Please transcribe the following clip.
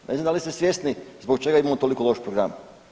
Ne znam da li ste svjesni zbog čega imamo toliko loš program?